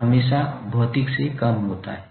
हमेशा भौतिक से कम होता है